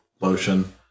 lotion